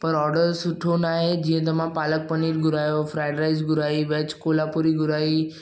पर ऑडर सुठो नाहे जीअं त मां पालक पनीर घुरायो फ्राइड राइस घुराई वेज कोल्हापुरी घुराई